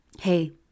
hey